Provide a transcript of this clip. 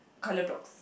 colour drops